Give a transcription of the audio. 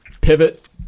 pivot